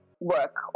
work